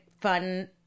fun